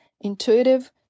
intuitive